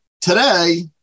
today